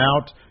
out